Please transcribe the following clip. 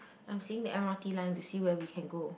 I'm seeing that m_r_t line to see where we can go